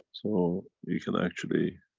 so, you can actually.